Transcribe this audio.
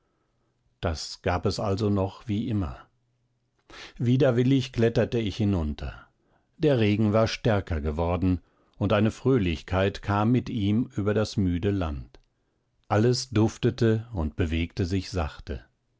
das gab es also noch wie immer widerwillig kletterte ich hinunter der regen war stärker geworden und eine fröhlichkeit kam mit ihm über das müde land alles duftete und bewegte sich sacht